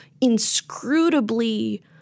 inscrutably